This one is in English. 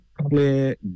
clear